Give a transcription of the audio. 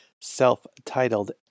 self-titled